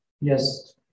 Yes